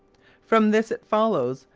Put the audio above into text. from this it follows,